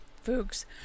Fuchs